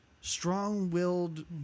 strong-willed